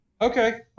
okay